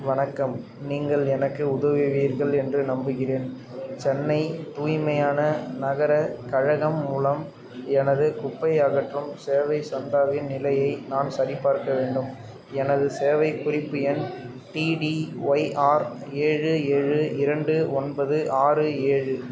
வணக்கம் நீங்கள் எனக்கு உதவுவீர்கள் என்று நம்புகிறேன் சென்னை தூய்மையான நகரக் கழகம் மூலம் எனது குப்பை அகற்றும் சேவை சந்தாவின் நிலையை நான் சரிபார்க்க வேண்டும் எனது சேவைக் குறிப்பு எண் டிடிஒய்ஆர் ஏழு ஏழு இரண்டு ஒன்பது ஆறு ஏழு